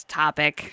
topic